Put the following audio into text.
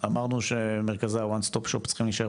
אמרנו שמרכזי ה-ONE STOP SHOP צריכים להישאר